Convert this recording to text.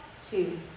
two